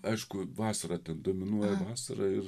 aišku vasarą ten dominuoja vasara